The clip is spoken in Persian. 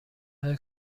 های